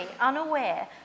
unaware